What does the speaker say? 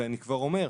אני כבר אומר,